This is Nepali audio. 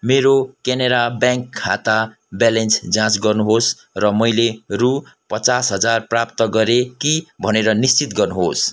मेरो केनरा ब्याङ्क खाता ब्यालेन्स जाँच गर्नुहोस् र मैले रु पचास हजार प्राप्त गरेँ कि भनेर निश्चित गर्नुहोस्